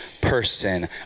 person